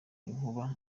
n’inkuba